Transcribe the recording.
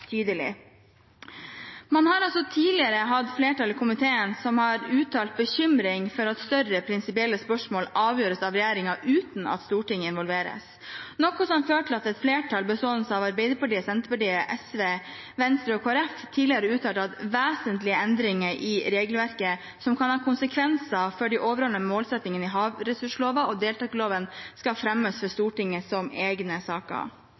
tydelig. Tidligere har et flertall i komiteen uttalt bekymring over at større prinsipielle spørsmål avgjøres av regjeringen uten at Stortinget involveres, noe som førte til at flertallet, bestående av Arbeiderpartiet, Senterpartiet, SV, Venstre og Kristelig Folkeparti, uttalte at «vesentlige endringer i regelverket, som kan ha konsekvenser for de overordnede målsettingene i havressursloven og deltakerloven, skal fremmes for Stortinget som egne saker.»